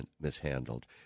mishandled